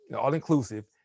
all-inclusive